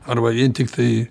arba vien tiktai